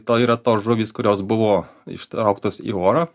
to yra tos žuvys kurios buvo ištrauktos į orą